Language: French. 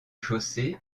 chaussée